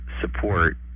support